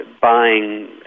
buying